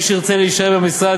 מי שירצה להישאר במשרד,